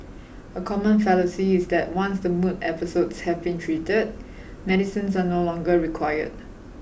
a common fallacy is that once the mood episodes have been treated medicines are no longer required